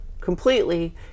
completely